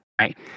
Right